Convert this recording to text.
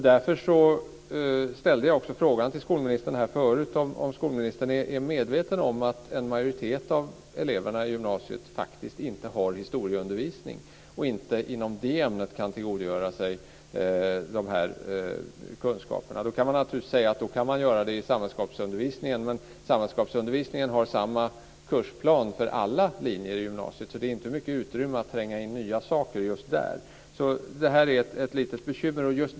Därför ställde jag frågan till skolministern om skolministern är medveten om att en majoritet av eleverna i gymnasiet faktiskt inte har historieundervisning och inte inom det ämnet kan tillgodogöra sig kunskaperna. Det går naturligtvis att säga att det går att göra i samhällskunskapsundervisningen. Men samhällskunskapsundervisningen har samma kursplan för alla linjer i gymnasiet. Det är inte mycket utrymme att tränga in nya saker där. Det är ett litet bekymmer.